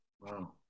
Wow